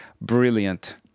Brilliant